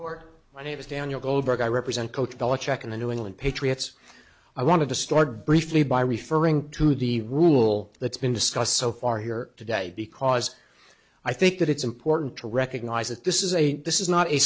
court my name is daniel goldberg i represent coach bell a check in the new england patriots i want to start briefly by referring to the rule that's been discussed so far here today because i think that it's important to recognize that this is a this is not a